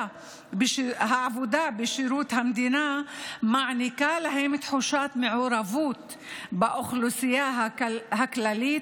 בשירות המדינה מעניקה להם תחושת מעורבות באוכלוסייה הכללית,